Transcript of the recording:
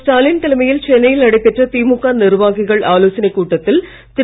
ஸ்டாலின் தலைமையில் சென்னையில் நடைபெற்ற திமுக நிர்வாகிகள் ஆலோசனை கூட்டத்தில் திரு